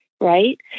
right